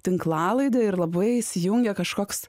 tinklalaidę ir labai įsijungia kažkoks